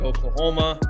Oklahoma